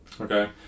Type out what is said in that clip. Okay